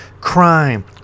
crime